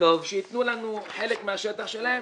שייתנו לנו חלק מהשטח שלהם.